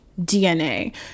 DNA